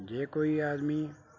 ਜੇ ਕੋਈ ਆਦਮੀ